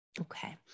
Okay